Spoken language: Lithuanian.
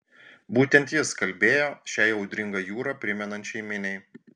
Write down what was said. būtent jis kalbėjo šiai audringą jūrą primenančiai miniai